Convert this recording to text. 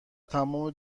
تمام